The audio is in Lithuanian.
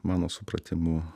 mano supratimu